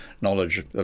knowledge